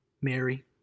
Mary